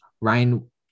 Ryan